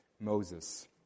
Moses